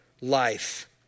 life